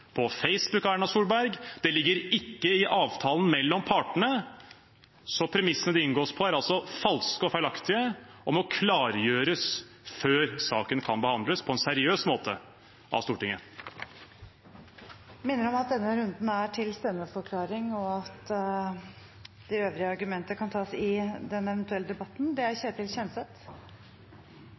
på Facebook av Erna Solberg, og det ligger ikke i avtalen mellom partene. Premissene dette inngås på, er altså falske og feilaktige og må klargjøres før saken kan behandles på en seriøs måte av Stortinget. Presidenten vil minne om at denne runden er til stemmeforklaring, og at de øvrige argumentene kan tas i den eventuelle debatten.